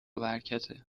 برکته